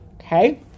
okay